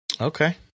Okay